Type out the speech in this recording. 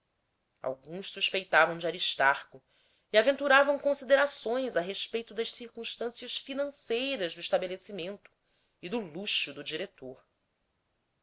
alguns suspeitavam de aristarco e aventuravam considerações a respeito das circunstâncias financeiras do estabelecimento e do luxo do diretor